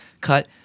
cut